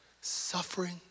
suffering